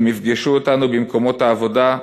הם יפגשו אותנו במקומות העבודה,